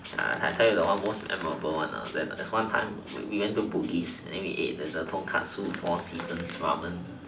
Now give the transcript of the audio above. I'll tell you the most memorable one lah that there's one time we went to bugis and we eat the tonkotsu four seasons ramen